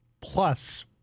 plus